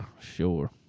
sure